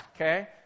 Okay